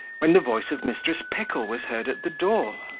when the voice of mrs. pickle was heard at the door.